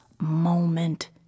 moment